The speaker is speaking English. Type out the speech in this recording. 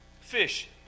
fish